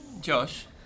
Josh